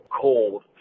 cold